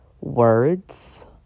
words